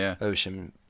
ocean